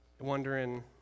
wondering